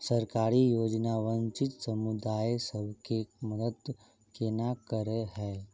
सरकारी योजना वंचित समुदाय सब केँ मदद केना करे है?